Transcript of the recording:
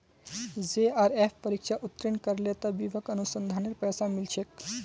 JRF परीक्षा उत्तीर्ण करले त विभाक अनुसंधानेर पैसा मिल छेक